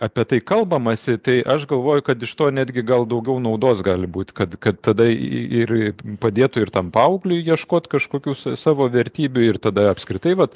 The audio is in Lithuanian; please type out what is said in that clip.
apie tai kalbamasi tai aš galvoju kad iš to netgi gal daugiau naudos gali būti kad kad tada ir padėtų ir tam paaugliui ieškot kažkokių savo vertybių ir tada apskritai vat